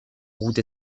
route